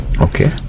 Okay